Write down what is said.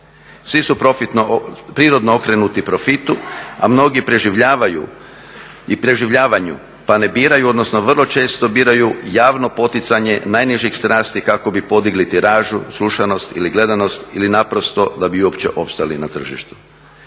Svi su prirodno okrenuti profitu, a mnogi preživljavaju … pa ne biraju, odnosno vrlo često biraju javno poticanje najnižih strasti kako bi podigli tiražu, slušanost ili gledanost ili naprosto da bi uopće ostali na tržištu.